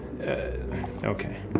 Okay